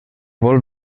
vol